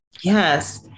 Yes